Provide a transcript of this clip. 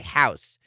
house